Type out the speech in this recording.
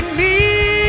need